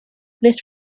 this